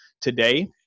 today